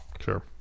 Sure